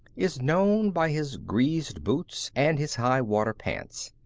is known by his greased boots and his high-water pants.